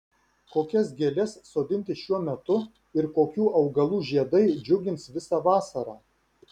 kokias gėles sodinti šiuo metu ir kokių augalų žiedai džiugins visą vasarą